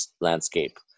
landscape